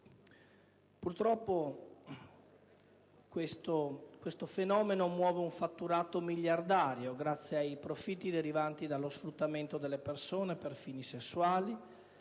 Purtroppo questo fenomeno muove un fatturato miliardario grazie ai profitti derivanti dallo sfruttamento delle persone per fini sessuali,